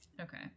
Okay